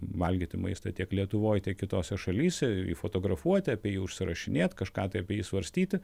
valgyti maistą tiek lietuvoj tiek kitose šalyse jį fotografuoti apie jį užsirašinėt kažką tai apie jį svarstyti